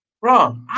Bro